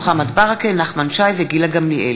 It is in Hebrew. עמרם מצנע, גילה גמליאל,